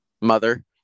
mother